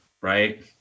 right